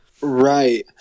right